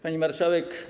Pani Marszałek!